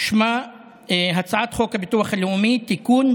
שמה הצעת חוק הביטוח הלאומי (תיקון,